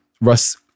Russ